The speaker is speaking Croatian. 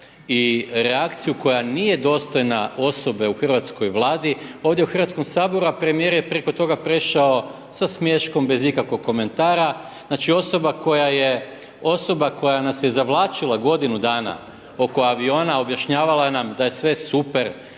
i reakciju koja nije dostojna osobe u hrvatskoj Vladi ovdje u Hrvatskom saboru a premijer je preko toga prešao sa smiješkom bez ikakvog komentara. Znači osoba koja nas je zavlačila godinu dana oko aviona, objašnjavala nam da je super,